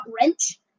wrench